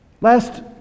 Last